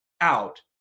out